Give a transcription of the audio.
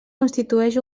constitueix